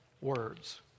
words